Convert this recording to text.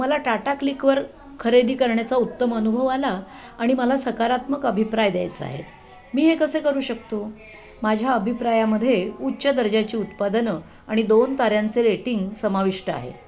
मला टाटा क्लिकवर खरेदी करण्याचा उत्तम अनुभव आला आणि मला सकारात्मक अभिप्राय द्यायचा आहे मी हे कसे करू शकतो माझ्या अभिप्रायामध्ये उच्च दर्जाची उत्पादनं आणि दोन ताऱ्यांचे रेटिंग समाविष्ट आहे